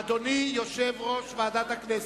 אדוני יושב-ראש ועדת הכנסת,